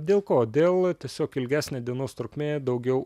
dėl ko dėl tiesiog ilgesnė dienos trukmė daugiau